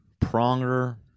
Pronger